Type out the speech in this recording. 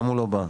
למה הוא לא בא?